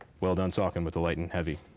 well-done, saucon, with the light and heavy,